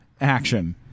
Action